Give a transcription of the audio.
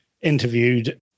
interviewed